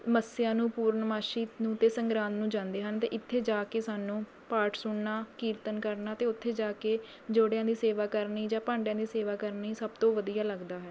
ਮੱਸਿਆ ਨੂੰ ਪੂਰਨਮਾਸ਼ੀ ਨੂੰ ਅਤੇ ਸੰਗਰਾਂਦ ਨੂੰ ਜਾਂਦੇ ਹਨ ਅਤੇ ਇੱਥੇ ਜਾ ਕੇ ਸਾਨੂੰ ਪਾਠ ਸੁਣਨਾ ਕੀਰਤਨ ਕਰਨਾ ਅਤੇ ਉੱਥੇ ਜਾ ਕੇ ਜੋੜਿਆਂ ਦੀ ਸੇਵਾ ਕਰਨੀ ਜਾ ਭਾਂਡਿਆ ਦੀ ਸੇਵਾ ਕਰਨੀ ਸਭ ਤੋਂ ਵਧੀਆ ਲੱਗਦਾ ਹੈ